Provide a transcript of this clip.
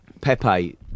Pepe